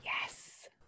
yes